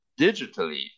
digitally